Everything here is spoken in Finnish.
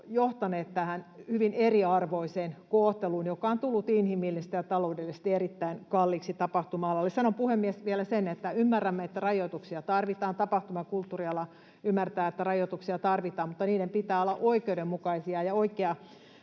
hyvin eriarvoiseen kohteluun, joka on tullut inhimillisesti ja taloudellisesti erittäin kalliiksi tapahtuma-alalle. Sanon, puhemies, vielä sen, että ymmärrämme, että rajoituksia tarvitaan, tapahtuma‑ ja kulttuuriala ymmärtää, että rajoituksia tarvitaan, mutta niiden pitää olla oikeudenmukaisia ja